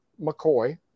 McCoy